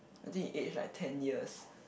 I think he age like ten years